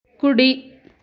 కుడి